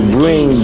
bring